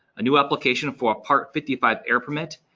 a new application for a part fifty five air permit,